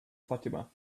fatima